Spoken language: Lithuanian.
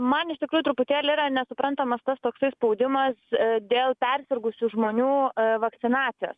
man iš tikrųjų truputėlį yra nesuprantamas tas toksai spaudimas dėl persirgusių žmonių vakcinacijos